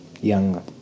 Younger